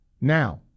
Now